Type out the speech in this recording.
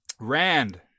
Rand